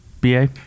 BA